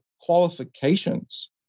qualifications